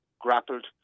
grappled